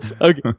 Okay